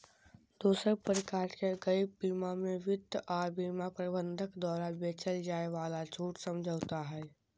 दोसर प्रकार के गैप बीमा मे वित्त आर बीमा प्रबंधक द्वारा बेचल जाय वाला छूट समझौता हय